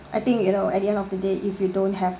I think you know at the end of the day if you don't have